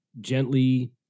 gently